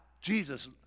Jesus